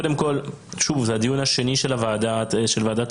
קודם כל, שוב, זה הדיון השני של ועדת המשנה.